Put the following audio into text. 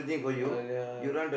earlier lah